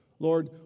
Lord